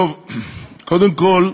קודם כול,